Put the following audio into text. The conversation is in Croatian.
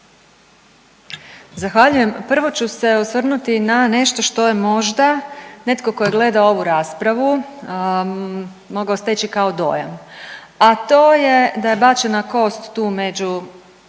Zahvaljujem. Prvo ću se osvrnuti na nešto što je možda netko tko je gledao ovu raspravu mogao steći kao dojam, a to je da je bačena kost tu među